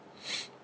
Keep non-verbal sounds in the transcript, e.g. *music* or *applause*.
*breath*